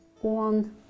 one